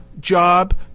job